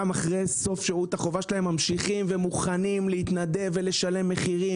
גם אחרי סוף שירות החובה שלהם ממשיכים ומוכנים להתנדב ולשלם מחירים